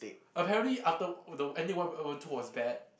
apparently after the ending one two was bad